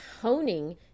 honing